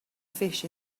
fish